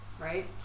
right